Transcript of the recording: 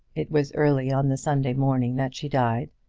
it was early on the sunday morning that she died,